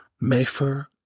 Mayfair